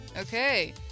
Okay